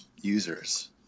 users